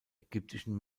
ägyptischen